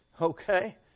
okay